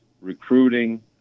recruiting